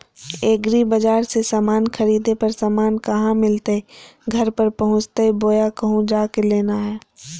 एग्रीबाजार से समान खरीदे पर समान कहा मिलतैय घर पर पहुँचतई बोया कहु जा के लेना है?